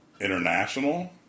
International